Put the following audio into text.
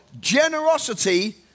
generosity